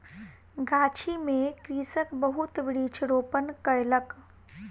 गाछी में कृषक बहुत वृक्ष रोपण कयलक